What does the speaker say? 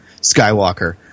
Skywalker